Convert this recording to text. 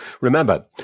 Remember